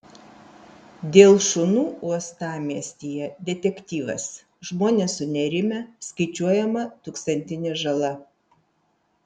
dėl šunų uostamiestyje detektyvas žmonės sunerimę skaičiuojama tūkstantinė žala